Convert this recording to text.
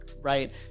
right